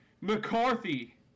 McCarthy